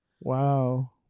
Wow